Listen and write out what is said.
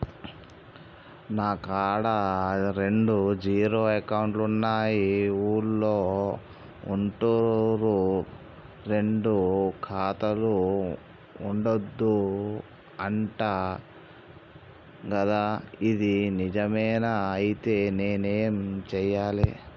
నా కాడా రెండు జీరో అకౌంట్లున్నాయి ఊళ్ళో అంటుర్రు రెండు ఖాతాలు ఉండద్దు అంట గదా ఇది నిజమేనా? ఐతే నేనేం చేయాలే?